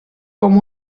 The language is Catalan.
com